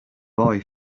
boy